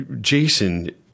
Jason